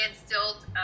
instilled